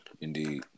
Indeed